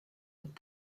être